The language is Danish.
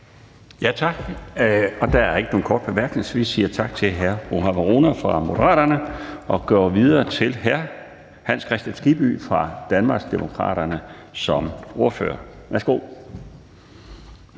Laustsen): Der er ikke nogen korte bemærkninger. Så vi siger tak til hr. Mohammad Rona fra Moderaterne og går videre til hr. Hans Kristian Skibby fra Danmarksdemokraterne som ordfører. Værsgo.